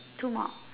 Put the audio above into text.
two more